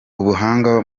ubuhanga